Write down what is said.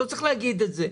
הוא לא צריך להגיד את זה,